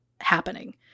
happening